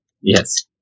Yes